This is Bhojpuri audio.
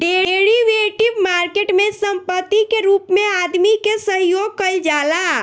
डेरिवेटिव मार्केट में संपत्ति के रूप में आदमी के सहयोग कईल जाला